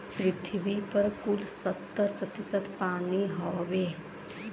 पृथ्वी पर कुल सत्तर प्रतिशत पानी हउवे